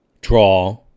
draw